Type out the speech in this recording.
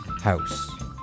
house